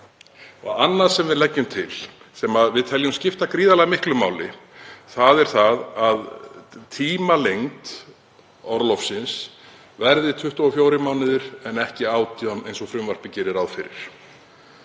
Annað sem við leggjum til og teljum skipta gríðarlega miklu máli er að tímalengd orlofsins verði 24 mánuðir en ekki 18 eins og frumvarpið gerir ráð fyrir.